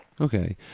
Okay